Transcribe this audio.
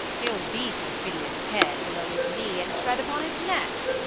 he'll beat aufidius' head below his knee, and tread upon his neck.